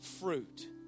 fruit